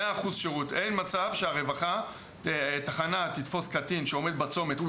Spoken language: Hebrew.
אין מצב שתחנה תתפוס קטין שעומד בצומת והוא